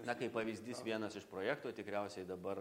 na kaip pavyzdys vienas iš projektų tikriausiai dabar